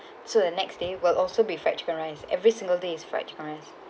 so the next day will also be fried chicken rice every single days is fried chicken rice